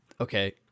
okay